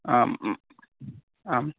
आम् ह् आम्